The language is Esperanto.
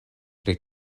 pri